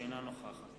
אינה נוכחת